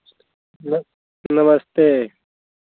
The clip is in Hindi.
यस नमस्ते